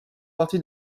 partie